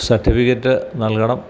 certificate നൽകണം